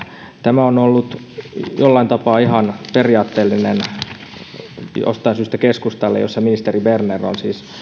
tämä on ollut jostain syystä jollain tapaa ihan periaatteellista keskustalle jossa ministeri berner on siis